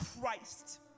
Christ